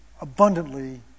abundantly